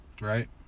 right